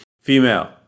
female